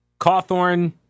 Cawthorn